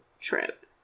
trip